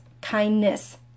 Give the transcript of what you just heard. kindness